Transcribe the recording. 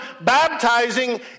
baptizing